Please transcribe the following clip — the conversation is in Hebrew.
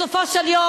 בסופו של יום,